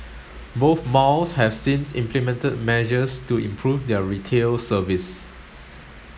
both malls have since implemented measures to improve their retail service